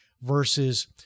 versus